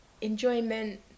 Enjoyment